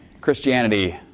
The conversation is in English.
Christianity